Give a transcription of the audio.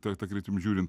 ta ta kryptim žiūrint